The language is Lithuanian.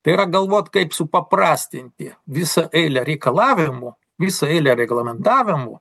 tai yra galvot kaip supaprastinti visą eilę reikalavimų visą eilę reglamentavimų